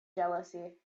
jealousy